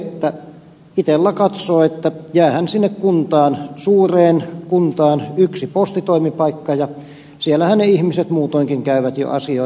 että itella katsoo että jäähän sinne kuntaan suureen kuntaan yksi postitoimipaikka ja siellähän ne ihmiset muutoinkin jo käyvät asioimassa